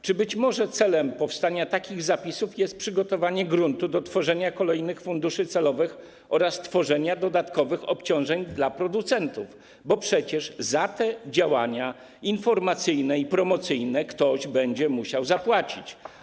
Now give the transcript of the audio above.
Czy być może celem powstania takich zapisów jest przygotowanie gruntu do tworzenia kolejnych funduszy celowych oraz tworzenia dodatkowych obciążeń dla producentów, bo przecież za te działania informacyjne i promocyjne ktoś będzie musiał zapłacić?